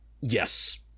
Yes